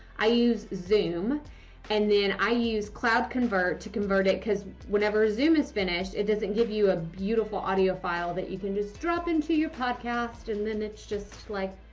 i use zoom and then i use cloud convert to convert it. because whenever zoom is finished, it doesn't give you a beautiful audio file that you can just drop into your podcast. and then it's just like.